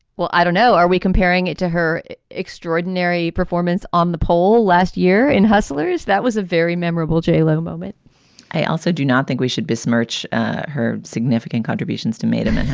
well, i don't know. are we comparing it to her extraordinary performance on the pole last year in hustler's? that was a very memorable jaylo moment i also do not think we should besmirch her significant contributions to made him